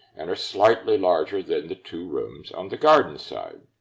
and are slightly larger than the two rooms on the garden side.